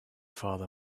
father